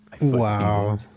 Wow